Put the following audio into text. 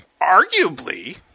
arguably